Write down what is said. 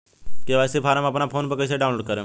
KYC form अपना phone मे कइसे डाऊनलोड करेम?